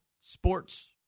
sports